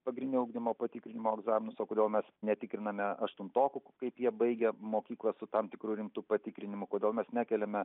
pagrindinio ugdymo patikrinimo egzaminus o kodėl mes netikriname aštuntokų kaip jie baigia mokyklą su tam tikru rimtu patikrinimu kodėl mes nekeliame